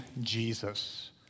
Jesus